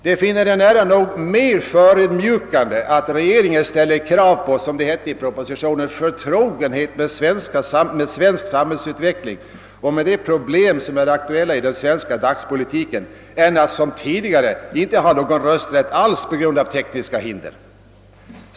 De finner det nära nog mer förödmjukande att regeringen ställer krav på, som det hette i propositionen, »förtrogenhet med svensk samhällsutveckling och med de problem som är aktuella i den svenska dagspolitiken» än att som tidigare på grund av tekniska 'svårigheter inte ha haft några möjligheter att utöva sin rösträtt.